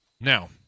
Now